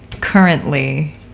currently